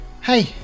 Hey